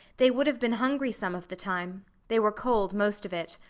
they would have been hungry some of the time they were cold most of it.